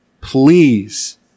please